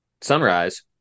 sunrise